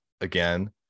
again